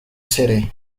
city